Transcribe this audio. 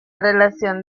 relación